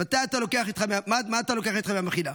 "מה אתה לוקח איתך מהמכינה?